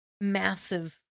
massive